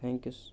thanks